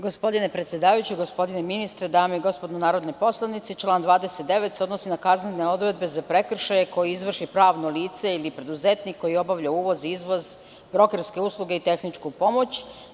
Gospodine predsedavajući, gospodine ministre, dame i gospodo narodni poslanici, član 29. se odnosi na kaznene odredbe za prekršaje koje izvrši pravno lice ili preduzetnik koji obavlja uvoz, izvoz, brokerske usluge i tehničku pomoć.